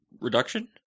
Reduction